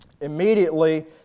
Immediately